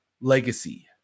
legacy